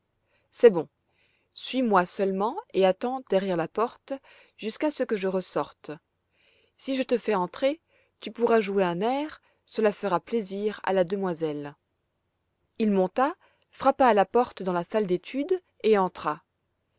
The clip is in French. c'est bon suis-moi seulement et attends derrière la porte jusqu'à ce que je ressorte si je te fais entrer tu pourras jouer un air cela fera plaisir à la demoiselle il monta frappa à la porte de la salle d'études et entra